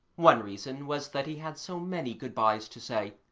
one reason was that he had so many good-byes to say,